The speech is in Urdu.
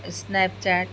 snap chat